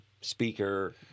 speaker